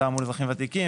הממשלה.